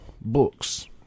Books